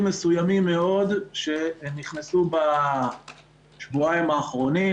מסוימים מאוד שנכנסו בשבועיים האחרונים